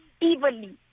evenly